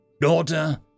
Daughter